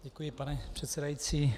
Děkuji, pane předsedající.